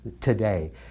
today